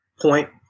point